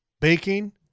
baking